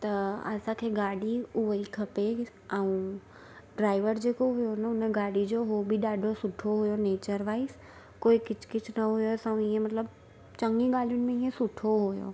त असांखे गाॾी उहा ई खपे ऐं ड्राइवर जेको हुओ न हुन गाॾी जो उहो बि ॾाढो सुठो हुओ नेचर वाइस कोई किच किच न हुयसि ऐं हीअं मतलबु चङी ॻाल्हियुनि में इयं सुठो हुयो